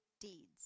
deeds